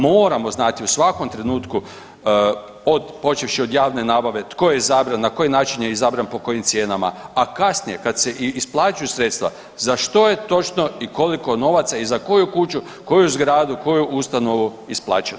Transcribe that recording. Moramo znati u svakom trenutku od, počevši od javne nabave tko je izabran, na koji način je izabran po kojim cijenama, a kasnije kad se i isplaćuju sredstva za što je točno i koliko novaca i za koju kuću, koju zgradu, koju ustanovu isplaćeno.